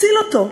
תציל אותו,